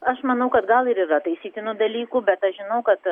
aš manau kad gal ir yra taisytinų dalykų bet aš žinau kad